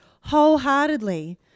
wholeheartedly